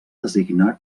designar